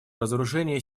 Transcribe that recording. разоружения